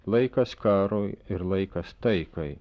laikas karui ir laikas taikai